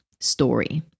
story